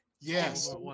Yes